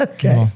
Okay